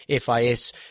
FIS